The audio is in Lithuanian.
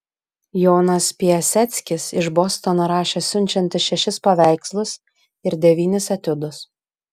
jonas piaseckis iš bostono rašė siunčiantis šešis paveikslus ir devynis etiudus